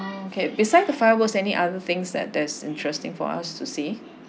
okay beside the firework any other things that there's interesting for us to see